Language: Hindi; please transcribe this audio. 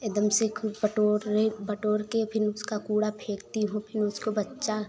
एकदम से खूब बटोर रहे बटोर के फिर उसका कूड़ा फेंकती हूँ फिर उसको बच्चा